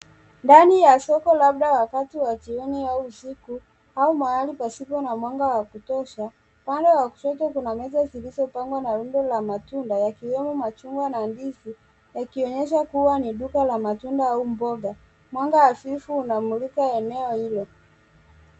Ndani ya soko labda wakati wa jioni au usiku au mahali pasipo na mwanga wa kutosha, pale kwa kushoto kuna meza zilizopangwa na rundo la matunda yakiwemo machungwa na ndizi yakionyesha kua ni duka la matunda au mboga. Mwanga hafifu unamulika eneo hilo.